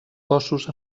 cossos